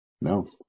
No